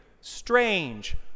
strange